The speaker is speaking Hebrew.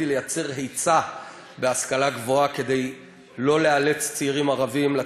ליצור היצע בהשכלה גבוהה כדי לא לאלץ צעירים ערבים לצאת,